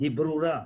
היא ברורה.